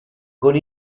con